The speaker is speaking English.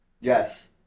Yes